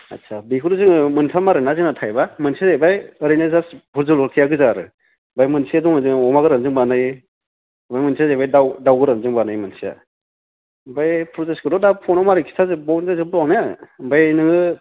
आथ्सा बेखौनो जोङो मोनथाम आरोना जोंहा टाइपा मोनसे जाहैबाय ओरैनो जास्ट भत जलकिया गोजा आरो ओमफ्राय मोनसे दङ जों अमा गोरानजों बानायो ओमफ्राय मोनसेया जाहैबाय दाउ दाउ गोरानजों बानायो मोनसेया ओमफ्राय प्रसेसखौथ' दा फनाव मारै खोनथाजोब्बावनो ओमफाय नोङो